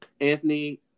Anthony